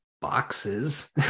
boxes